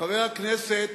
חבר הכנסת